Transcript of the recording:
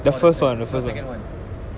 for second no the second [one]